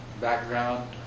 background